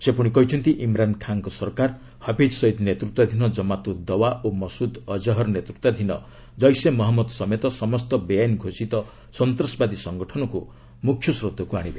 ସେ ପୁଣି କହିଛନ୍ତି ଇମ୍ରାନ ଖାଁ ସରକାର ହାଫିଜ୍ ସଇଦ୍ ନେତୃତ୍ୱାଧୀନ କମାତ ଉଦ୍ ଦୱା ଓ ମସୁଦ ଅଜ୍ଞହର ନେତୃତ୍ୱାଧୀନ ଜୈସେ ମହମ୍ମଦ ସମେତ ସମସ୍ତ ବେଆଇନ ଘୋଷିତ ସନ୍ତାସବାଦୀ ସଂଗଠନକୁ ମୁଖ୍ୟସ୍ରୋତକୁ ଆଶିବ